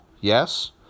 Yes